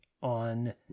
on